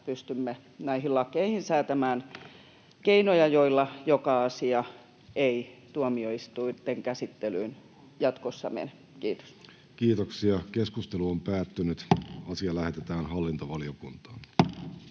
pystymme näihin lakeihin säätämään keinoja, joilla joka asia ei tuomioistuinten käsittelyyn jatkossa mene. — Kiitos. Lähetekeskustelua varten esitellään päiväjärjestyksen